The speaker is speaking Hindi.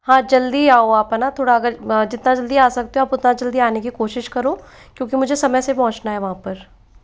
हाँ जल्दी आओ आप है न थोड़ा अगर जितना जल्दी आ सकते हो आप उतना जल्दी आने की कोशिश करो क्योंकि मुझे समय से पहुँचना है वहाँ पर